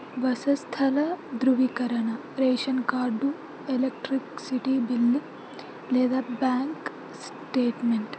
నివాస స్థల ధృవీకరణ రేషన్ కార్డు ఎలక్ట్రిసిటీ బిల్లు లేదా బ్యాంక్ స్టేట్మెంట్